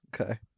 Okay